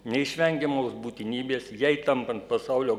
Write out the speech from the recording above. neišvengiamos būtinybės jai tampant pasaulio